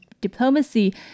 diplomacy